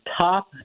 top